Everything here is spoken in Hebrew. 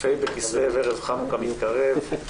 חנוכה מתקרב.